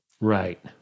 Right